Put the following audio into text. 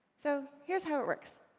so, here's how it works.